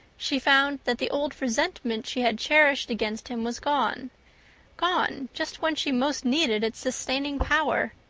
she found that the old resentment she had cherished against him was gone gone just when she most needed its sustaining power.